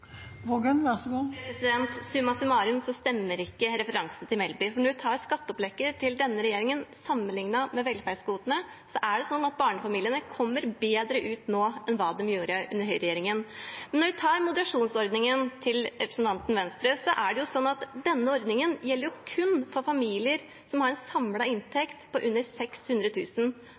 stemmer ikke referansen til Melby, for når man tar skatteopplegget til denne regjeringen sammen med velferdsgodene, kommer barnefamiliene bedre ut nå enn hva de gjorde under høyreregjeringen. Om vi tar for oss moderasjonsordningen til representanten fra Venstre, er det sånn at den kun gjelder for familier som har en samlet inntekt på under